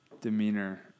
demeanor